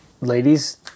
ladies